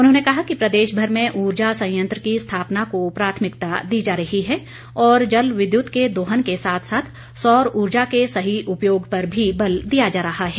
उन्होंने कहा कि प्रदेशभर में ऊर्जा संयंत्र की स्थापना को प्राथमिकता दी जा रही है और जल विद्युत के दोहन के साथ साथ सौर ऊर्जा के सही उपयोग पर भी बल दिया जा रहा है